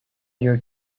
your